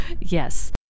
Yes